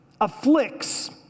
afflicts